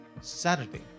saturday